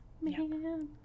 Man